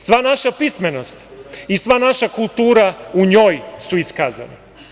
Sva naša pismenost i sva naša kultura u njoj su iskazane.